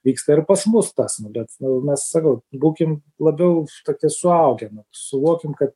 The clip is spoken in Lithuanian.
vyksta ir pas mus tas bet nu mes sakau būkim labiau tokie suaugę suvokim kad